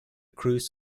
crews